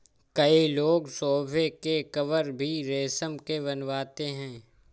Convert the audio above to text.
कई लोग सोफ़े के कवर भी रेशम के बनवाते हैं